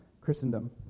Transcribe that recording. Christendom